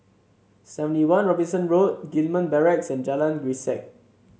Seventy One Robinson Road Gillman Barracks and Jalan Grisek